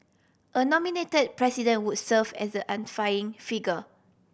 a nominated President would serve as the unifying figure